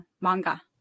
manga